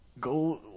go